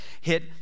hit